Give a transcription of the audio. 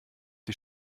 die